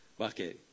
Okay